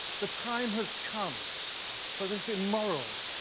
the time has come for this immoral,